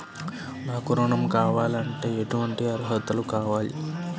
నాకు ఋణం కావాలంటే ఏటువంటి అర్హతలు కావాలి?